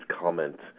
comment